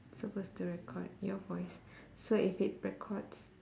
supposed to record your voice so if it records